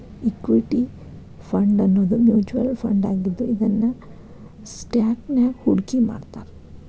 equity ಫಂಡನ್ನೋದು mutual ಫಂಡಾಗಿದ್ದು ಇದನ್ನ ಸ್ಟಾಕ್ಸ್ನ್ಯಾಗ್ ಹೂಡ್ಕಿಮಾಡ್ತಾರ